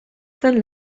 zen